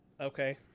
okay